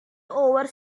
over